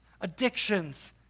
addictions